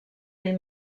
ell